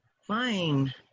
fine